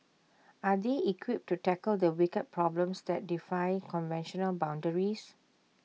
are they equipped to tackle the wicked problems that defy conventional boundaries